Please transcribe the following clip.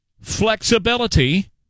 flexibility